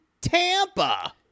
Tampa